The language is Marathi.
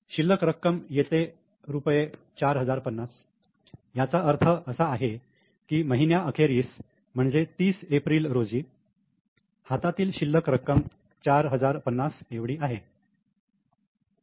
शिल्लक रक्कम येते रुपये 4050 याचा अर्थ असा आहे की महिन्या अखेरस म्हणजे 30 एप्रिल रोजी हातातील शिल्लक रक्कम 4050 एवढी आहे